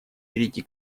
перейти